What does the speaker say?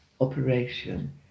operation